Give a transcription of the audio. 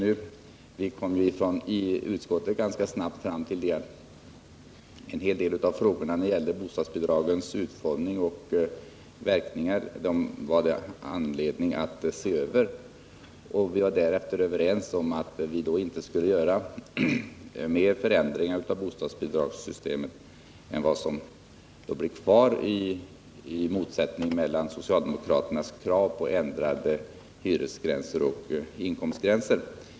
I utskottet kom vi ganska snart fram till att det finns anledning att se över en hel del av de frågor som gäller bostadsbidragens utformning och verkningar. Vi var överens om att vi inte skulle ändra bostadsbidragssystemet mer än vad som motsvaras av det som blir kvar i motsättning mellan socialdemokraternas krav på ändrade hyresgränser och inkomstgränser.